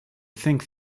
think